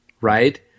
Right